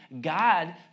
God